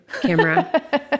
camera